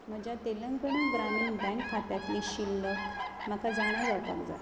म्हज्या तेलंगाणा ग्रामीण बँक खात्यांतली शिल्लक म्हाका जाणा जावपाक जाय